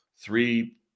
three